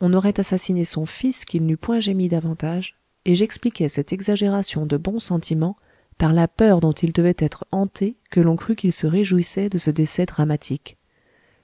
on aurait assassiné son fils qu'il n'eût point gémi davantage et j'expliquai cette exagération de bons sentiments par la peur dont il devait être hanté que l'on crût qu'il se réjouissait de ce décès dramatique